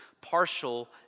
partial